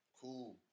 cool